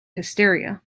hysteria